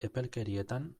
epelkerietan